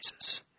Jesus